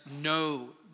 no